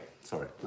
sorry